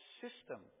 system